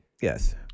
Yes